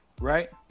Right